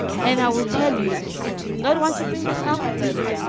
and i will tell you i did not want to bring this up but